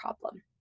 problem